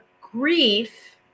grief